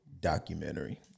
documentary